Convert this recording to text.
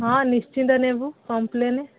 ହଁ ନିଶ୍ଚିନ୍ତ ନେବୁ କମ୍ପ୍ଲେନ୍